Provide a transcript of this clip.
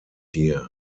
hier